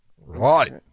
right